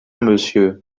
monsieur